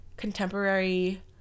contemporary